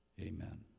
Amen